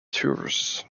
tours